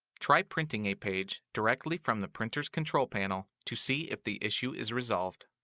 try printing a page directly from the printer's control panel to see if the issue is resolved.